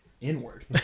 inward